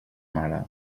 mare